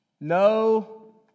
No